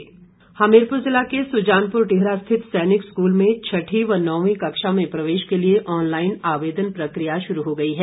आवेदन हमीरपुर ज़िला के सुजानपुर टीहरा स्थित सैनिक स्कूल में छठी और नवीं कक्षा में प्रवेश के लिए ऑनलाईन आवेदन प्रकिया शुरू हो गई है